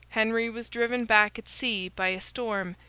henry was driven back at sea by a storm,